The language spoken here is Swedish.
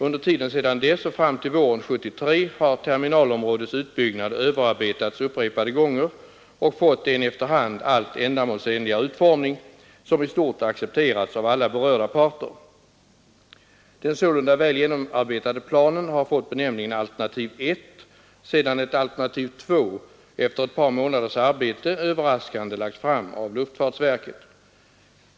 Under tiden sedan dess och fram till våren 1973 har terminalområdets utbyggnad överarbetats upprepade gånger och fått en efter hand allt ändamålsenligare utformning, som i stort accepterats av alla berörda parter. Den sålunda väl genomarbetade planen har fått benämningen alternativ 1 sedan ett alternativ 2 efter ett par månaders arbete överraskande lagts fram av luftfartsverket.